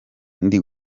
ndi